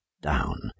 down